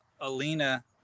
Alina